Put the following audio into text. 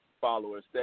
followers